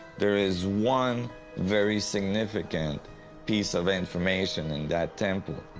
there is one very significant piece of information in that temple.